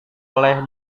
oleh